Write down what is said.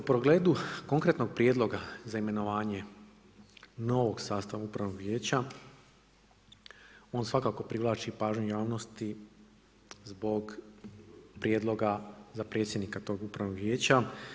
U pogledu konkretnog prijedloga za imenovanje novog sastava Upravnog vijeća, on svakako privlači pažnju javnosti zbog prijedloga za predsjednika tog Upravnog vijeća.